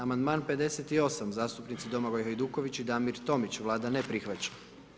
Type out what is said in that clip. Amandman 58., zastupnici Domagoj Hajduković i Damir Tomić, Vlada ne prihvaća.